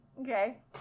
Okay